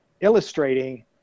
illustrating